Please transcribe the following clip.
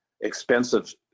expensive